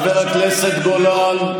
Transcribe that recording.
שום החלטה קשה לא קיבלת.